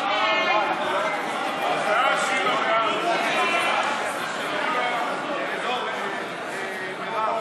ההצעה להעביר את הצעת חוק לתיקון פקודת האגודות